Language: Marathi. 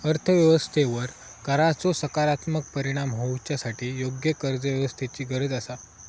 अर्थ व्यवस्थेवर कराचो सकारात्मक परिणाम होवच्यासाठी योग्य करव्यवस्थेची गरज आसा